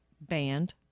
Band